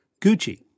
Gucci